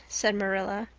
said marilla.